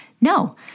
No